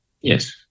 Yes